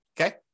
okay